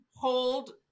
hold